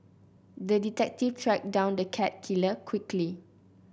the detective tracked down the cat killer quickly